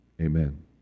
Amen